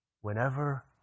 Whenever